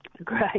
Great